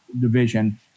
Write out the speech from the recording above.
division